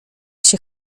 się